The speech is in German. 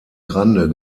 grande